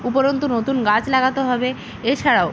উপরন্তু নতুন গাছ লাগাতে হবে এছাড়াও